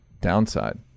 downside